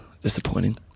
Disappointing